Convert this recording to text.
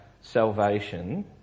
salvation